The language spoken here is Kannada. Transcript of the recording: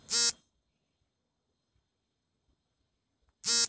ಕೆ.ವೈ.ಸಿ ಯ ಅಂಶಗಳು ಯಾವುವು?